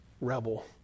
rebel